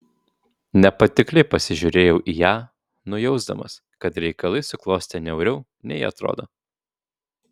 nepatikliai pasižiūrėjau į ją nujausdamas kad reikalai suklostė niauriau nei atrodo